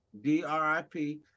D-R-I-P